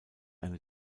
eine